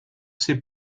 ses